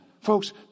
Folks